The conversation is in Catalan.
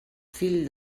fill